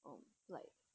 um like